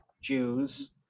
Jews